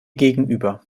gegenüber